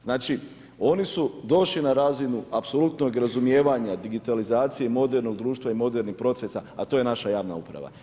Znači oni su došli na razinu apsolutnog razumijevanja digitalizacije modernog društva i modernih procesa a to je naša javna uprava.